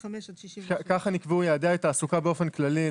כך נקבעו יעדי התעסוקה באופן כללי.